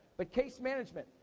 but case management.